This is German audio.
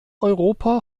europa